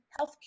healthcare